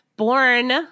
born